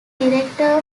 director